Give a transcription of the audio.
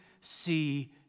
see